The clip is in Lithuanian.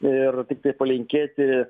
ir tiktai palinkėti